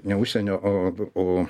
ne užsienio o o